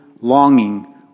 longing